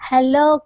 Hello